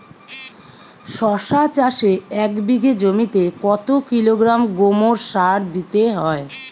শশা চাষে এক বিঘে জমিতে কত কিলোগ্রাম গোমোর সার দিতে হয়?